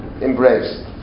embrace